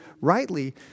rightly